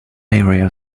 area